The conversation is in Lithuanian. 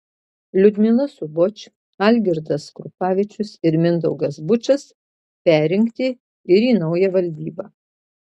liudmila suboč algirdas krupavičius ir mindaugas bučas perrinkti ir į naują valdybą